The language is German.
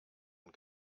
und